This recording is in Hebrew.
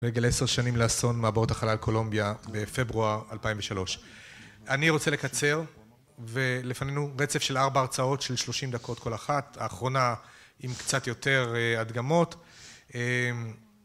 לרגל עשר שנים לאסון מעבורת החלל קולומביה בפברואר 2003. אני רוצה לקצר ולפנינו רצף של ארבעה הרצאות של שלושים דקות כל אחת. האחרונה עם קצת יותר הדגמות.